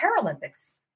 paralympics